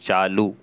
چالو